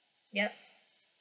yup